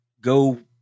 go –